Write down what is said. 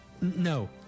No